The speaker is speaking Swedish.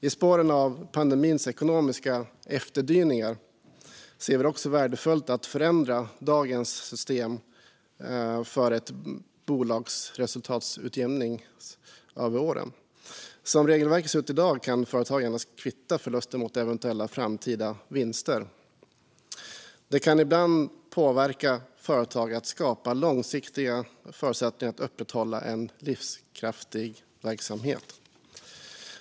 I spåren av pandemins ekonomiska efterdyningar ser vi det också som värdefullt att förändra dagens system för ett bolags resultatutjämning över åren. Som regelverket ser ut i dag kan företag endast kvitta förluster mot eventuella framtida vinster. Det kan ibland påverka företag att skapa långsiktiga förutsättningar för att upprätthålla en livskraftig verksamhet.